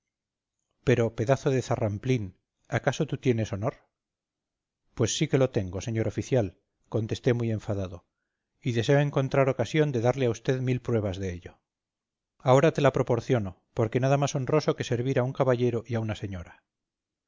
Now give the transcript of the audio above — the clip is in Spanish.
pero pedazo de zarramplín acaso tú tienes honor pues sí que lo tengo señor oficial contesté muy enfadado y deseo encontrar ocasión de darle a usted mil pruebas de ello ahora te la proporciono porque nada más honroso que servir a un caballero y a una señora